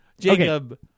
Jacob